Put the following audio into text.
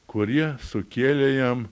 kurie sukėlė jam